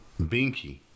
Binky